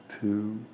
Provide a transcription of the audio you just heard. Two